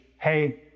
Hey